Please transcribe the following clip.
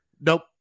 Nope